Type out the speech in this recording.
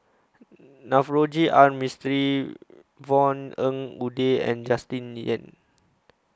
Navroji R Mistri Yvonne Ng Uhde and Justin Lean